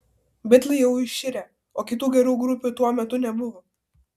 bitlai jau iširę o kitų gerų grupių tuo metu nebuvo